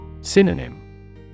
Synonym